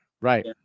right